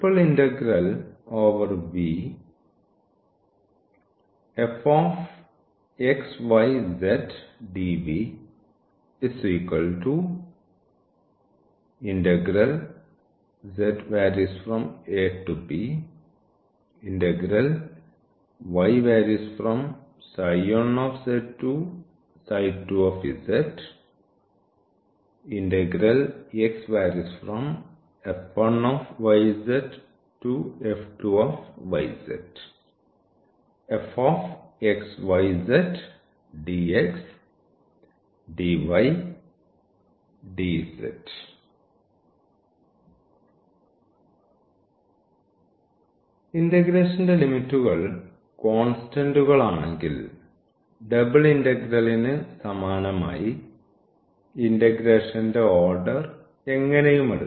ഇന്റഗ്രേഷന്റെ ലിമിറ്റുകൾ കോൺസ്റ്റന്റുകൾ ആണെങ്കിൽ ഡബിൾ ഇന്റഗ്രലിന് സമാനമായി ഇന്റഗ്രേഷന്റെ ഓർഡർ എങ്ങനെയും എടുക്കാം